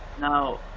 Now